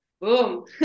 Boom